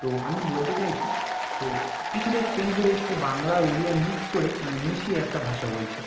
তো আমি বলতে চাইছি তো কিছুটা চেঞ্জ হয়ে এসেছে বাংলা আর ওড়িয়া মিক্স করে মানে মিশিয়ে একটা ভাষা বলছে